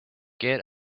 get